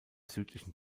südlichen